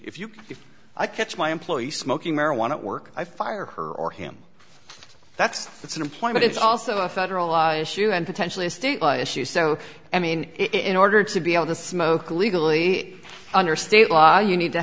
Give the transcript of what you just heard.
if you can if i catch my employee smoking marijuana at work i fire her or him that's it's an employee but it's also a federal law issue and potentially a state law issue so i mean it in order to be able to smoke legally under state law you need to